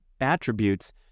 attributes